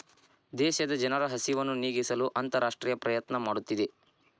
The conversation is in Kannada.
ದೇಶದ ಜನರ ಹಸಿವನ್ನು ನೇಗಿಸಲು ಅಂತರರಾಷ್ಟ್ರೇಯ ಪ್ರಯತ್ನ ಮಾಡುತ್ತಿದೆ